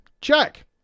Check